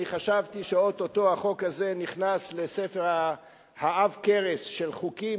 חשבתי שאו-טו-טו החוק הזה נכנס לספר העב-כרס של חוקים